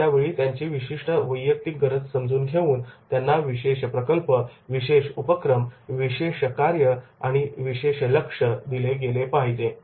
अशावेळी त्यांची विशिष्ट वैयक्तिक गरज समजून घेऊन त्यांना विशेष प्रकल्प विशेष उपक्रम विशेष कार्य व विशेष लक्ष दिले पाहिजे